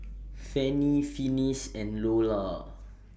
Fanny Finis and Lolla